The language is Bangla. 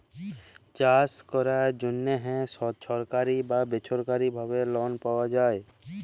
চাষ ক্যরার জ্যনহে ছরকারি বা বেছরকারি ভাবে লল পাউয়া যায়